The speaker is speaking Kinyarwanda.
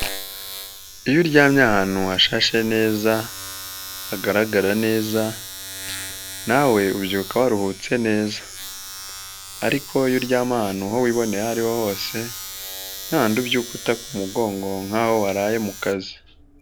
Iyo uryamye ahantu hashashe neza hagaragara neza nawe ubyuka waruhutse ariko iyo uryama ahantu aho wiboneye aho ari ho hose ni hahandi ubyuka utaka umugongo nk'aho waraye mu kazi.